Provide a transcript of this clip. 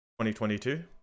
2022